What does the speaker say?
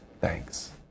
thanks